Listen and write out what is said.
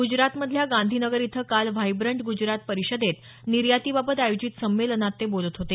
गुजरातमधल्या गांधीनगर इथं काल व्हायब्रंट गुजरात परिषदेत निर्यातीबाबत आयोजित संमेलनात ते बोलत होते